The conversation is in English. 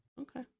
Okay